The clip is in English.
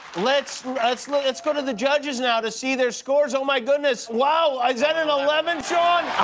let's let's let's go to the judges now to see their scores. oh, my goodness. wow is that an eleven, shaun?